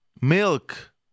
milk